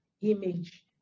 image